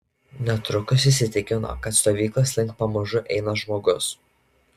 netrukus įsitikino kad stovyklos link pamažu eina žmogus